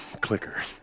clicker